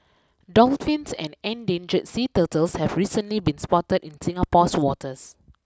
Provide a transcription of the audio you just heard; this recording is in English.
dolphins and endangered sea turtles have recently been spotted in Singapore's waters